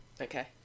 Okay